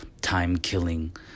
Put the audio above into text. time-killing